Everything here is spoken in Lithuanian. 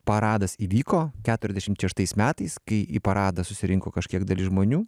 paradas įvyko keturiasdešimt šeštais metais kai į paradą susirinko kažkiek dalis žmonių